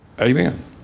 Amen